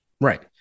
Right